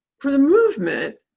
for the movement,